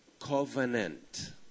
covenant